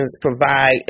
provide